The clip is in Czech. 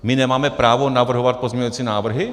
My nemáme právo navrhovat pozměňovací návrhy?